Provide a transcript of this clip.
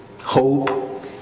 hope